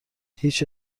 هیچ